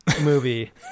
movie